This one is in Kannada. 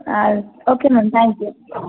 ಹಾಂ ಓಕೆ ಮ್ಯಾಮ್ ಥ್ಯಾಂಕ್ ಯು